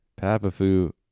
Papafu